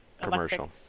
commercial